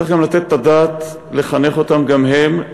צריך גם לתת את הדעת, לחנך אותם גם הם,